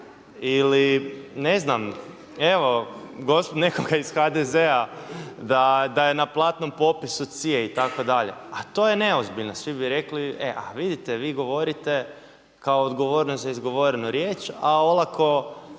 ili ne znam evo nekoga iz HDZ-a da je na platnom popisu CIA-e itd. a to je neozbiljno, svi bi rekli, e a vidite, vi govorite kao odgovornost za izgovorenu riječ a olako